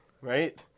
right